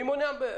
מי מונע?